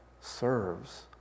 serves